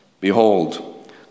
behold